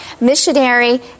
missionary